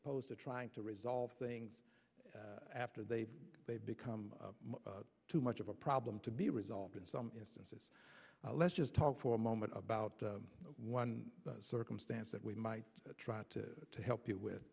opposed to trying to resolve things after they've they've become too much of a problem to be resolved in some instances let's just talk for a moment about one circumstance that we might try to help people with